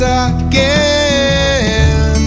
again